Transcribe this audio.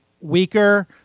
weaker